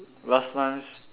last time s~